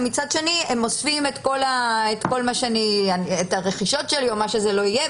ומצד שני הם אוספים את הרכישות שלי או מה שלא יהיה,